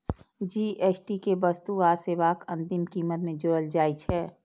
GST कें वस्तु आ सेवाक अंतिम कीमत मे जोड़ल जाइ छै